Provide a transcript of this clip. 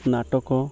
ନାଟକ